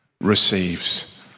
receives